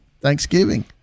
Thanksgiving